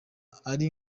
ari